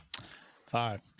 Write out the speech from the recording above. Five